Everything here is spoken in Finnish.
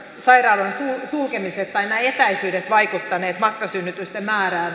sairaaloiden sulkemiset tai nämä etäisyydet vaikuttaneet matkasynnytysten määrään